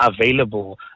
available